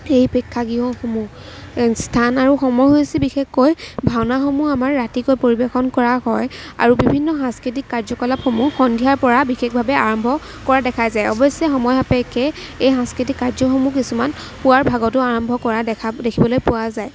এই প্ৰেক্ষাগৃহসমূহ স্থান আৰু সময় হৈছে বিশেষকৈ ভাওনাসমূহ আমাৰ ৰাতিকৈ পৰিৱেশন কৰা হয় আৰু বিভিন্ন সাংস্কৃতিক কাৰ্য কলাপসমূহ সন্ধিয়াৰ পৰা বিশেষভাৱে আৰম্ভ কৰা দেখা যায় অৱশ্যে সময় সাপেক্ষে এই সাংস্কৃতিক কাৰ্যসমূহ কিছুমান পুৱাৰ ভাগতো আৰম্ভ কৰা দেখা দেখিবলৈ পোৱা যায়